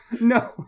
No